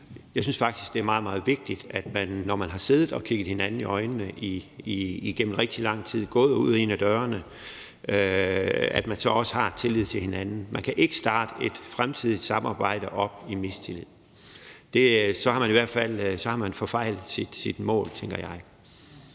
Jeg synes faktisk, det er meget vigtigt, når man har siddet og kigget hinanden i øjnene igennem rigtig lang tid og er gået ud og ind ad dørene, at man så også har tillid til hinanden. Man kan ikke starte et fremtidigt samarbejde op i mistillid. Så har man i hvert fald forfejlet sit mål, tænker jeg.